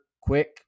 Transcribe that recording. quick